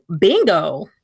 bingo